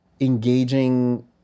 engaging